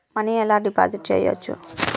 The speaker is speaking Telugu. మనీ ఎలా డిపాజిట్ చేయచ్చు?